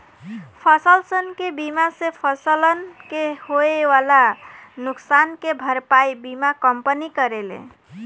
फसलसन के बीमा से फसलन के होए वाला नुकसान के भरपाई बीमा कंपनी करेले